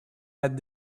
had